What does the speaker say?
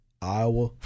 Iowa